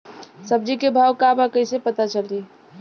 सब्जी के भाव का बा कैसे पता चली?